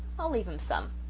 i'll leave em some,